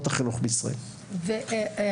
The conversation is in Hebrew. כל הצהרונים --- דבר נוסף,